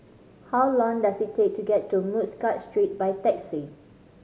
how long does it take to get to Muscat Street by taxi